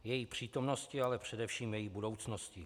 Její přítomnosti, ale především její budoucnosti.